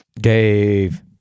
Dave